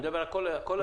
אני מדבר על כל --- לא,